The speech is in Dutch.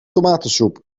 tomatensoep